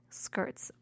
skirts